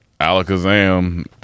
Alakazam